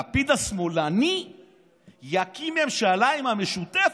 "לפיד השמאלני יקים ממשלה עם המשותפת".